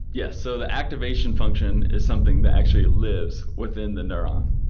yes. so the activation function is something that actually lives within the neuron.